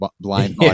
blind